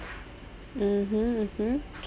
mmhmm mmhmm